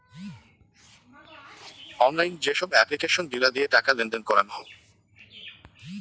online যেসব application গিলা দিয়ে টাকা লেনদেন করাঙ হউ